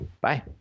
Bye